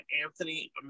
Anthony